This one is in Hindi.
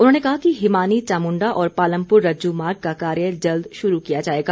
उन्होंने कहा कि हिमानी चामुण्डा और पालमपुर रज्जू मार्ग का कार्य जल्द शुरू किया जाएगा